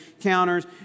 counters